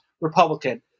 Republican